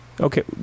Okay